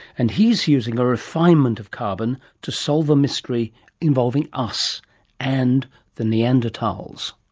and he is using a refinement of carbon to solve a mystery involving us and the neanderthals.